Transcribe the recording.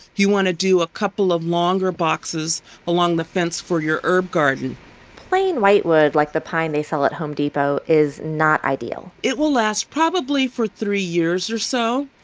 you want to do a couple of longer boxes along the fence for your herb garden plain white wood like the pine they sell at home depot is not ideal it will last probably for three years or so,